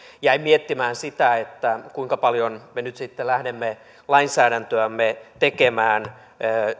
jäin miettimään sitä kuinka paljon me nyt sitten lähdemme lainsäädäntöämme tekemään